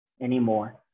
anymore